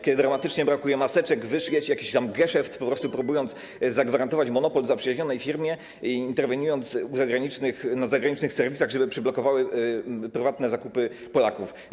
Kiedy dramatycznie brakuje maseczek, szykujecie jakiś tam geszeft, po prostu próbując zagwarantować monopol zaprzyjaźnionej firmie i interweniując w zagranicznych serwisach, żeby przyblokowały prywatne zakupy Polaków.